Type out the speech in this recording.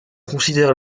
considère